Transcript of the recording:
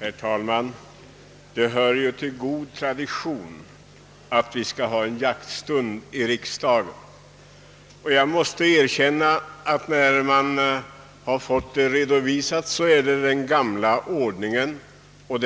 Herr talman! Det hör till god tradition att vi varje år skall ha en jaktstund i riksdagen. De